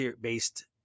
based